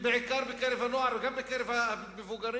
בעיקר בקרב הנוער וגם בקרב המבוגרים.